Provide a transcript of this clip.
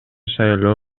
шайлоо